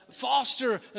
foster